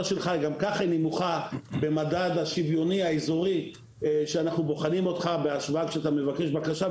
שלך גם ככה נמוכה במדד השוויוני האזורי שאנחנו בוחנים כשאתה מבקש בקשה,